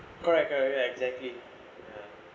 correct correct ya exactly